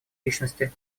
личности